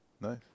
Nice